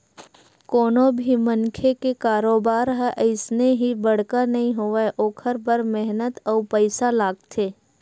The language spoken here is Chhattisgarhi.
कोनो भी मनखे के कारोबार ह अइसने ही बड़का नइ होवय ओखर बर मेहनत अउ पइसा लागथे